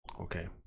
Okay